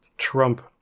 Trump